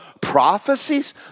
prophecies